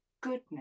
goodness